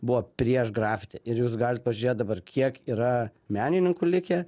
buvo prieš grafiti ir jūs galit pažiūrėt dabar kiek yra menininkų likę